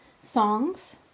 songs